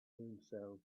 himself